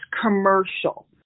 commercial